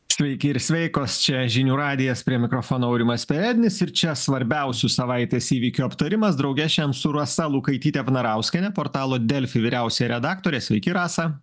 sveiki ir sveikos čia žinių radijas prie mikrofono aurimas perednis ir čia svarbiausių savaitės įvykių aptarimas drauge šian su rasa lukaityte vnarauskiene portalo delfi vyriausiąja redaktore sveiki rasa